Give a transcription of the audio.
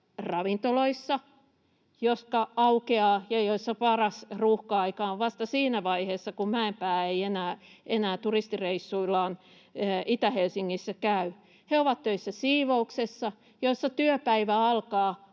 ravintoloissa, jotka aukeavat ja joissa paras ruuhka-aika on vasta siinä vaiheessa, kun Mäenpää ei enää turistireissuillaan Itä-Helsingissä käy. He ovat töissä siivouksessa, jossa työpäivä alkaa